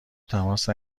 تماس